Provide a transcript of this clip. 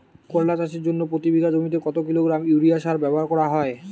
করলা চাষের জন্য প্রতি বিঘা জমিতে কত কিলোগ্রাম ইউরিয়া সার ব্যবহার করা হয়?